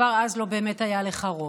כבר אז לא באמת היה לך רוב.